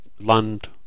land